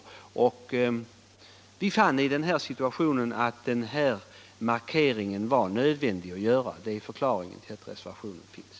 Det är förklaringen till att reservationen finns.